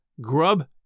grub